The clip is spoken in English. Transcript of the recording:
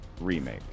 remake